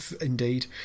indeed